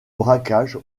braquage